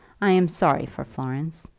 i am sorry for florence.